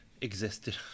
existed